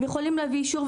הם יכולים להביא אישור,